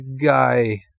guy